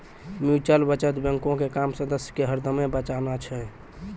mutual बचत बैंको के काम सदस्य के हरदमे बचाना छै